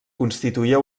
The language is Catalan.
constituïa